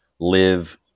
live